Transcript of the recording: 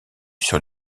sur